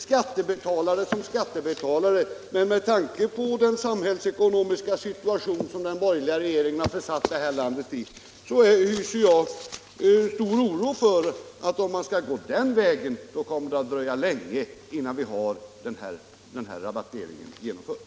Skattebetalare som skattebetalare, men med tanke på den samhällsekonomiska situation som den borgerliga regeringen har försatt det här landet i hyser jag stor oro för att det, om man skall gå den vägen, kommer att dröja länge innan denna rabattering kan vara genomförd.